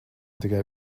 tikai